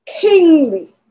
kingly